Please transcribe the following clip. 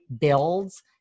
builds